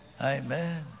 Amen